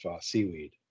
seaweed